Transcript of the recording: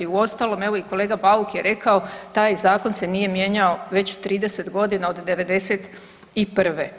Uostalom evo i kolega Bauk je rekao taj zakon se nije mijenjao već 30 godina od '91.